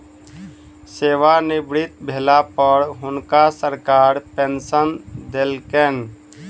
सेवानिवृत भेला पर हुनका सरकार पेंशन देलकैन